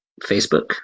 facebook